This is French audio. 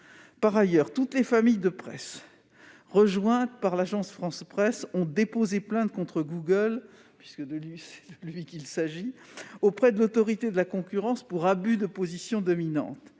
Par ailleurs, toutes les familles de presse, rejointes par l'Agence France Presse, ont déposé plainte contre Google- c'est de cette société qu'il s'agit ... -auprès de l'Autorité de la concurrence pour abus de position dominante.